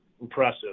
impressive